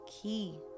key